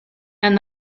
and